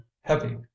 heavy